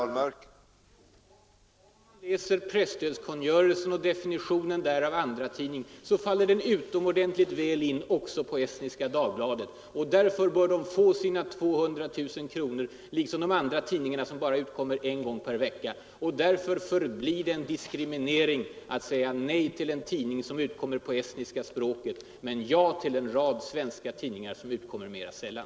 Herr talman! Jo, om man läser definitionen av begreppet ”andratidning” i presstödskungörelsen, finner man att den passar utomordentligt väl in också på Estniska Dagbladet. Därför bör Estniska Dagbladet få sina 200 000 kronor liksom de andra tidningarna, som bara utkommer en gång per vecka. Därför förblir det en diskriminering att säga nej till en tidning som utkommer på estniska språket men ja till en rad svenska tidningar som utkommer mera sällan.